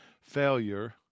failure